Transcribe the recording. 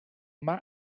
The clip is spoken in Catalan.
mar